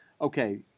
okay